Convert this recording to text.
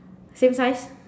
same size